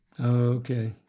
Okay